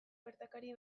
gertakari